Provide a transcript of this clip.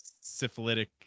syphilitic